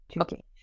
Okay